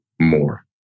more